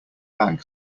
bag